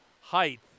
height